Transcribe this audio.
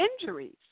injuries